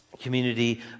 community